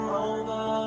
over